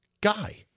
guy